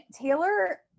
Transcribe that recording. Taylor